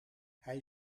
hij